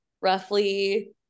Roughly